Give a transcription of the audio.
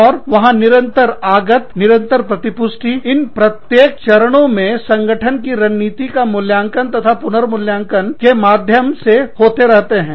और वहां निरंतर आगतनिरंतर प्रतिपुष्टि इन प्रत्येक चरणों में संगठन की रणनीति का मूल्यांकन तथा पुनर्मूल्यांकन के माध्यम से होते रहते हैं